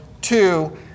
Two